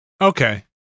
Okay